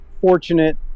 fortunate